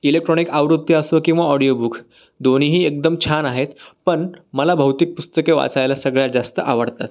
electronic आवृत्ती असो किंवा ऑडिओ बुख दोन्हीही एकदम छान आहेत पण मला भौतिक पुस्तके वाचायला सगळ्यात जास्त आवडतात